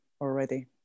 already